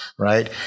Right